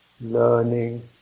learning